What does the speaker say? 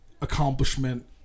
accomplishment